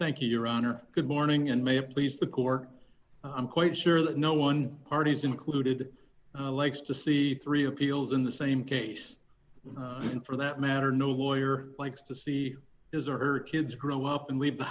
thank you your honor good morning and may please the core i'm quite sure that no one party's included likes to see three appeals in the same case and for that matter no lawyer likes to see his or her kids grow up and leave the